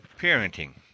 parenting